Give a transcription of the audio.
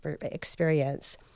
experience